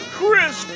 Chris